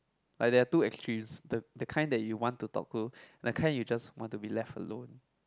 but there are two extremes the the kind that you want to talk to the kind you just want to be left alone